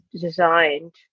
designed